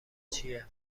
چیه